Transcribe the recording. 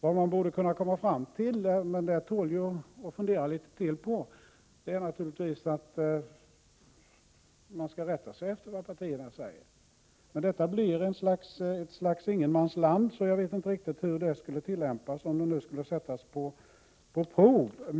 Vad man borde kunna komma fram till, men det tål att fundera litet på, är naturligtvis att rätta sig efter vad partierna säger. Men detta blir ett slags ingenmansland. Jag vet inte riktigt hur det skulle tillämpas, om idén skulle sättas på prov.